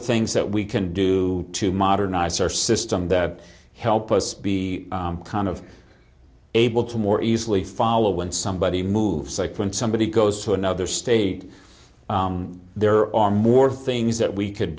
things that we can do to modernize our system that help us be kind of able to more easily follow when somebody moves like when somebody goes to another state there are more things that we could